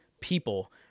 people